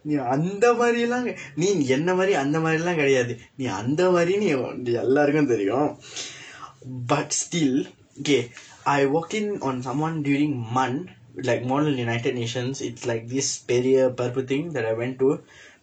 நீ அந்த மாதிரி எல்லாம் நீ என்ன மாதிரி அந்த மாதிரி எல்லாம் கிடையாது நீ அந்த மாதிரி எல்லோருக்கும் தெரியும்:nii antha mathirir ellam nii enna mathir antha mathiri ellam kidayathu nii antha mathiri ellorukkum theriyum but still okay I walked in on someone during MUN like model united nations it's like this பெரிய பருப்பு:periya paruppu thing that I went to